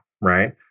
right